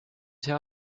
see